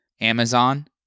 Amazon